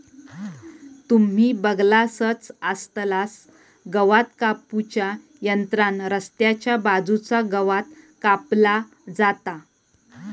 तुम्ही बगलासच आसतलास गवात कापू च्या यंत्रान रस्त्याच्या बाजूचा गवात कापला जाता